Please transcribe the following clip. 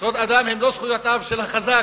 זכויות אדם הן לא זכויותיו של החזק.